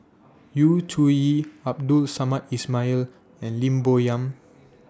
Yu Zhuye Abdul Samad Ismail and Lim Bo Yam